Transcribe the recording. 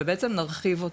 ובעצם נרחיב אותו.